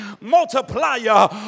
multiplier